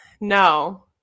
no